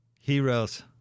Heroes